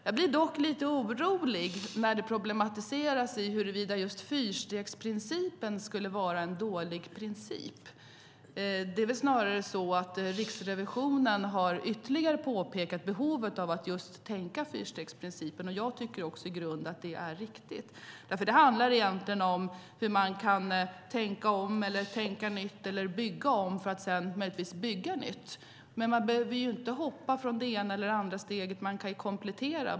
Jag blir dock lite orolig när man problematiserar det hela med att fyrstegsprincipen skulle vara en dålig princip. Riksrevisionen har ytterligare påpekat behovet av att tänka på fyrstegsprincipen. Jag tycker att det i grunden är riktigt. Det här handlar om att tänka om, tänka nytt eller bygga om för att sedan möjligtvis bygga nytt. Men man behöver inte hoppa från det ena eller det andra steget utan man kan komplettera.